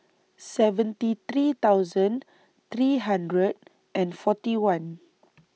seventy three thousand three hundred and forty one